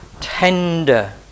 tender